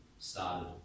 started